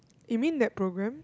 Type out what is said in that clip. you mean that program